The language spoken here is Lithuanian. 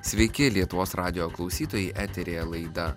sveiki lietuvos radijo klausytojai eteryje laida